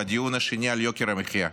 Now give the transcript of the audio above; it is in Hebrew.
והדיון השני על יוקר המחיה.